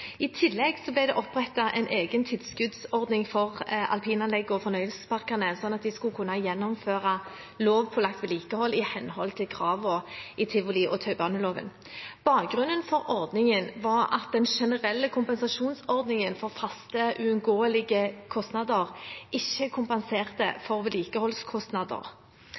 I tillegg ble det opprettet en egen tilskuddsordning for alpinanleggene og fornøyelsesparkene, sånn at de skulle kunne gjennomføre lovpålagt vedlikehold i henhold til kravene i tivoliloven og taubaneloven. Bakgrunnen for ordningen var at den generelle kompensasjonsordningen for faste, uunngåelige kostnader ikke kompenserte for vedlikeholdskostnader.